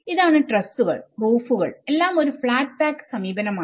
ഇതാണ് ട്രസ്സുകൾറൂഫുകൾ എല്ലാം ഒരു ഫ്ലാറ്റ് പാക്ക് സമീപനമാണ്